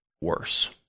worse